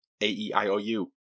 A-E-I-O-U